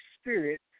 spirit